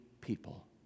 people